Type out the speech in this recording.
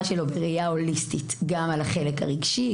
שלו בראייה הוליסטית: גם על החלק הרגשי,